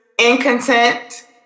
incontent